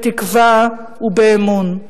בתקווה ובאמון.